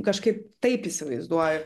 kažkaip taip įsivaizduoju